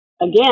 again